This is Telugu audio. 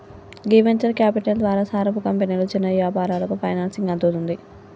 గీ వెంచర్ క్యాపిటల్ ద్వారా సారపు కంపెనీలు చిన్న యాపారాలకు ఫైనాన్సింగ్ అందుతుంది